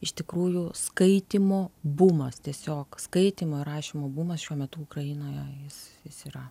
iš tikrųjų skaitymo bumas tiesiog skaitymo ir rašymo bumas šiuo metu ukrainoje jis jis yra